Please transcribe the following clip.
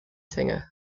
singer